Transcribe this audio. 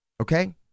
Okay